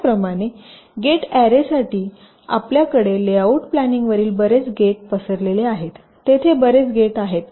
त्याचप्रमाणे गेट अॅरेसाठी आपल्याकडे लेआउट प्लॅनिंगवरील बरेच गेट पसरलेले आहेत तेथे बरेच गेट आहेत